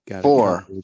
Four